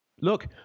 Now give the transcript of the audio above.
Look